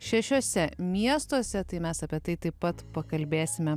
šešiuose miestuose tai mes apie tai taip pat pakalbėsime